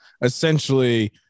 essentially